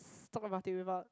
talk about it without